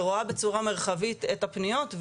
ורואה בצורה מרחבית את הפניות,